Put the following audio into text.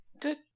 good